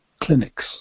clinics